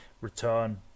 return